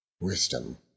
Wisdom